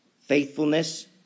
faithfulness